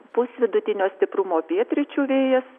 pūs vidutinio stiprumo pietryčių vėjas